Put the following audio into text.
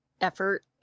effort